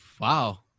wow